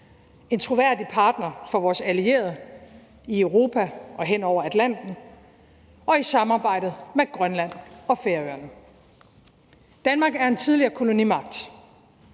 en troværdig partner for vores allierede i Europa og hen over Atlanten og i samarbejdet med Grønland og Færøerne. Danmark er en tidligere kolonimagt,